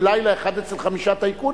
בלילה אחד אצל חמישה טייקונים.